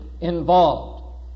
involved